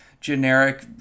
generic